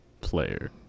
player